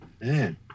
Man